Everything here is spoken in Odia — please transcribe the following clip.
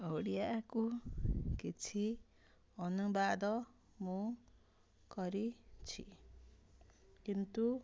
ଓଡ଼ିଆକୁ କିଛି ଅନୁବାଦ ମୁଁ କରିଛି କିନ୍ତୁ